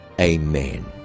Amen